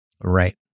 right